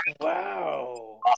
wow